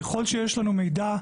ככל שיש לנו מידע,